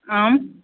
आम